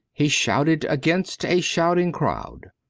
he shouted against a shouting crowd.